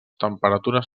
temperatures